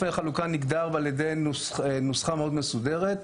החלוקה מוגדר על ידי נוסחה מאוד מסודרת,